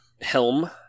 helm